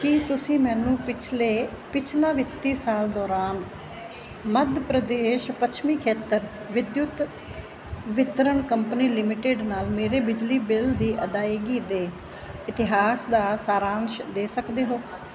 ਕੀ ਤੁਸੀਂ ਮੈਨੂੰ ਪਿਛਲੇ ਪਿਛਲਾ ਵਿੱਤੀ ਸਾਲ ਦੌਰਾਨ ਮੱਧ ਪ੍ਰਦੇਸ਼ ਪੱਛਮੀ ਖੇਤਰ ਵਿਦਯੁਤ ਵਿਤਰਨ ਕੰਪਨੀ ਲਿਮਟਿਡ ਨਾਲ ਮੇਰੇ ਬਿਜਲੀ ਬਿੱਲ ਦੀ ਅਦਾਇਗੀ ਦੇ ਇਤਿਹਾਸ ਦਾ ਸਾਰਾਂਸ਼ ਦੇ ਸਕਦੇ ਹੋ